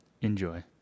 Enjoy